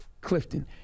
Clifton